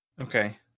Okay